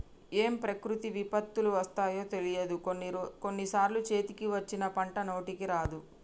ఏం ప్రకృతి విపత్తులు వస్తాయో తెలియదు, కొన్ని సార్లు చేతికి వచ్చిన పంట నోటికి రాదు